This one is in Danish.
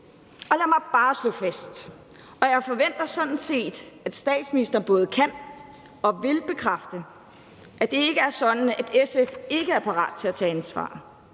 Lad mig bare slå fast, at jeg sådan set forventer, at statsministeren både kan og vil bekræfte, at det ikke er sådan, at SF ikke er parat til at tage ansvar.